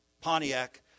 Pontiac